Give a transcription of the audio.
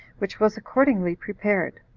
which was accordingly prepared.